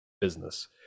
business